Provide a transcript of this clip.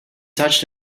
touched